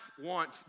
want